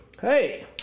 Hey